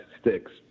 sticks